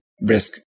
risk